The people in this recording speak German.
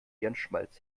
hirnschmalz